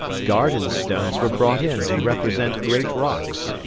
garden stones were brought in to represent great rocks,